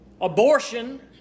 abortion